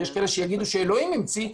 יש כאלה שיגידו שאלוהים המציא,